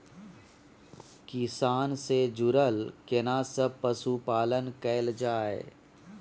किसान से जुरल केना सब पशुपालन कैल जाय?